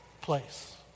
place